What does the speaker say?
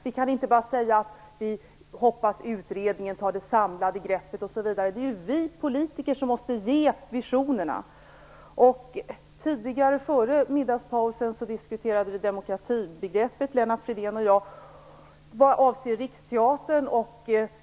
Vi kan inte bara säga att vi hoppas att utredningen tar det samlade greppet, osv. Det är vi politiker som måste ge visionerna. Innan middagspausen diskuterade Lennart Fridén och jag demokratibegreppet vad avser Riksteatern.